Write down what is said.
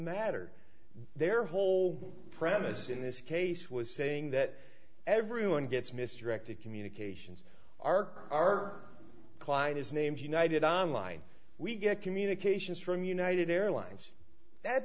matter their whole premise in this case was saying that everyone gets misdirected communications arc our client is names united on line we get communications from united airlines that